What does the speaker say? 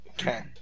Okay